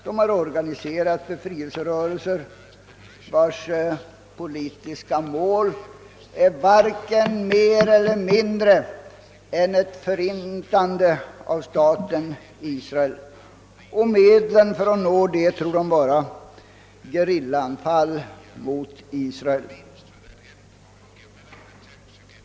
De har organiserat befrielserörelser, vilkas politiska mål är varken mer eller mindre än ett förintande av staten Israel. Medlet för att nå detta mål tror de vara gerillaanfall mot Israel.